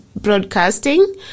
broadcasting